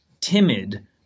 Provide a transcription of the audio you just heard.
timid